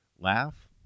laugh